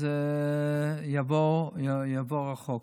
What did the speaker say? אז יעבור החוק.